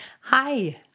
Hi